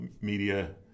media